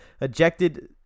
ejected